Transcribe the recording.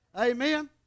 Amen